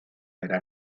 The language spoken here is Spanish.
era